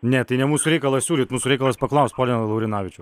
ne tai ne mūsų reikalas siūlyt mūsų reikalas paklaust pone laurinavičiau